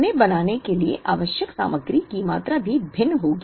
उन्हें बनाने के लिए आवश्यक सामग्री की मात्रा भी भिन्न होगी